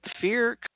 Fear